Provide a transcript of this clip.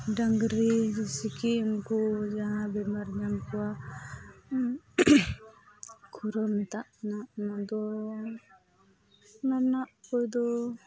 ᱰᱟᱹᱝᱨᱤ ᱥᱤᱢ ᱠᱚ ᱡᱟᱦᱟᱸ ᱵᱮᱢᱟᱨ ᱧᱟᱢ ᱠᱚᱣᱟ ᱠᱷᱩᱨᱟᱹ ᱢᱮᱛᱟᱜ ᱠᱟᱱᱟ ᱚᱱᱟ ᱫᱚ ᱚᱱᱟ ᱠᱚᱫᱚ